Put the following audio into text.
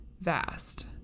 vast